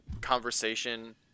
conversation